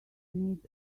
needs